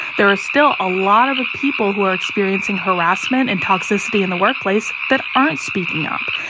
there are still a lot of people who are experiencing harassment and toxicity in the workplace that aren't speaking up.